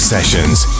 Sessions